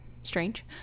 strange